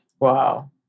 Wow